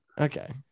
Okay